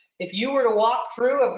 if you were to walk through,